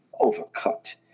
overcut